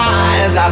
eyes